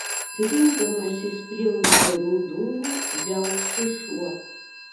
trindamasis prie uždarų durų viauksi šuo